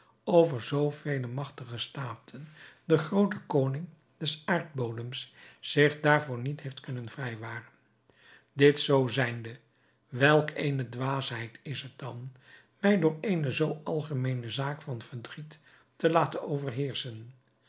over zoo vele magtige staten de grootste koning des aardbodems zich daarvoor niet heeft kunnen vrijwaren dit zoo zijnde welk eene dwaasheid is het dan mij door eene zoo algemeene zaak van verdriet te laten overheerschen